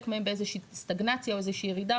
מהן באיזה שהיא סטגנציה או איזו שהיא ירידה,